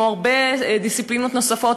כמו הרבה דיסציפלינות נוספות,